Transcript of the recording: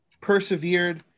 persevered